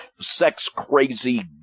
sex-crazy